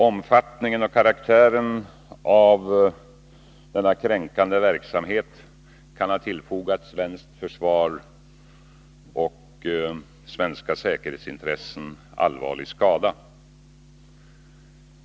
Omfattningen och karaktären av denna kränkande verksamhet kan ha tillfogat svenskt försvar och svenska säkerhetsintressen allvarlig skada.